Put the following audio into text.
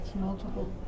Multiple